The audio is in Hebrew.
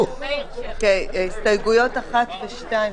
הסתייגויות 1 ו-2,